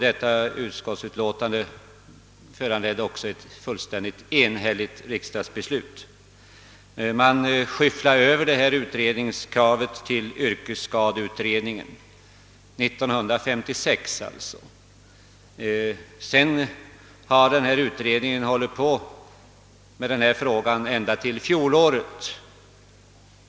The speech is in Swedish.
Detta utskottsutlåtande föranledde också ett fullständigt enhälligt riksdagsbeslut! Man skyfflade då — alltså 1956 — över utredningskravet till yrkesskadeutredningen. Därefter sysslade utredningen med frågan ända till i fjol.